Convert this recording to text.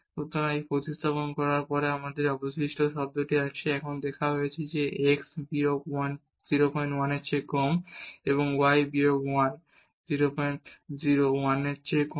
সুতরাং এটি প্রতিস্থাপন করার পরে আমাদের এই অবশিষ্ট শব্দটি আছে এবং এখন দেওয়া হয়েছে যে এই x বিয়োগ 1 01 এর চেয়ে কম এবং y বিয়োগ 1 01 এর চেয়ে কম